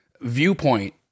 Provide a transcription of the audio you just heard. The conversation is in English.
viewpoint